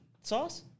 sauce